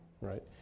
right